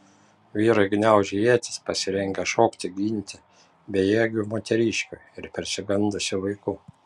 vyrai gniaužė ietis pasirengę šokti ginti bejėgių moteriškių ir persigandusių vaikų